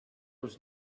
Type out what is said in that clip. was